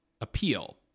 appeal